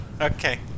Okay